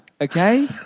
okay